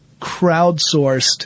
crowdsourced